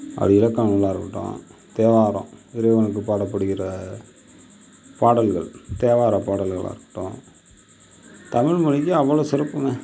அது இலக்கண நூலாக இருக்கட்டும் தேவாரம் இறைவனுக்கு பாடப்படுகிற பாடல்கள் தேவாரப் பாடல்களாக இருக்கட்டும் தமிழ்மொழிக்கு அவ்வளோ சிறப்புங்க